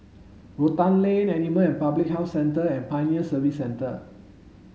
Rotan Lane Animal Public Health Centre and Pioneer Service Centre